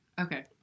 Okay